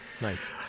Nice